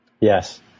Yes